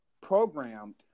programmed